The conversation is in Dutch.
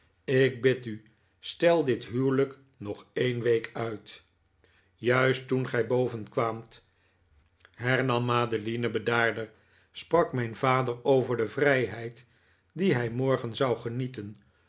ik bid u stel dit huwelijk nog een week uit juist toen gij bovenkwaamt hernam madeline bedaarder sprak mijn vader over de vrijheid die hij morgen zou genieten